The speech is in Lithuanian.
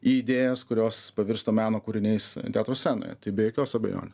į idėjas kurios pavirsta meno kūriniais teatro scenoje tai be jokios abejonės